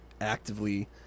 actively